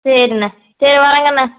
சரிண்ணா சரி வரேங்கண்ணா